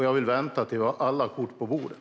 Jag vill vänta tills vi har alla kort på bordet.